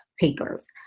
takers